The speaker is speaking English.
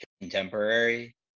contemporary